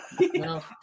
No